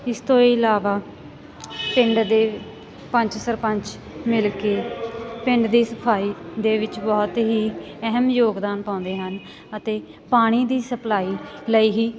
ਇਸ ਤੋਂ ਇਲਾਵਾ ਪਿੰਡ ਦੇ ਪੰਚ ਸਰਪੰਚ ਮਿਲ ਕੇ ਪਿੰਡ ਦੀ ਸਫਾਈ ਦੇ ਵਿੱਚ ਬਹੁਤ ਹੀ ਅਹਿਮ ਯੋਗਦਾਨ ਪਾਉਂਦੇ ਹਨ ਅਤੇ ਪਾਣੀ ਦੀ ਸਪਲਾਈ ਲਈ ਹੀ